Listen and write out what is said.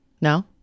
No